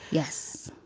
yes.